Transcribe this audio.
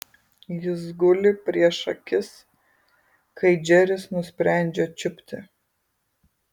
jis guli prieš akis kai džeris nusprendžia čiupti